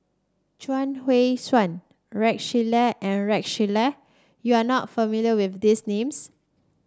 Chuang Hui Tsuan Rex Shelley and Rex Shelley you are not familiar with these names